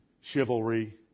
chivalry